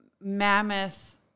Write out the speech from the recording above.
mammoth